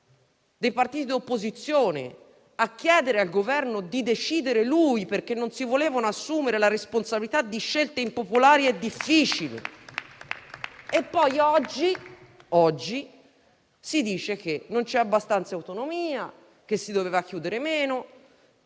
dai partiti dell'opposizione, a chiedere al Governo di decidere lui perché non si volevano assumere la responsabilità di scelte impopolari e difficili. E poi oggi si dice che non c'è abbastanza autonomia, che si doveva chiudere meno: